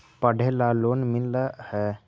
पढ़े ला लोन मिल है?